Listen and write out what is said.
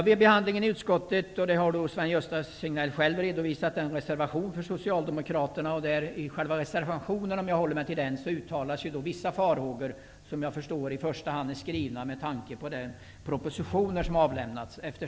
Vid behandlingen av ärendet i utskottet har, som Sven-Gösta Signell själv redovisat, avgivits en reservation från Socialdemokraterna. Vissa av de farhågor som framförs i reservationen är väl i första hand föranledda av de propositioner som avlämnats.